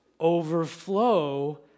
overflow